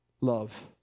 love